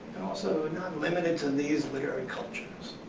and also not limiting to these literary cultures.